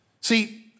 See